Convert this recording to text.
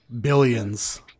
Billions